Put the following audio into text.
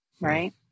right